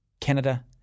Canada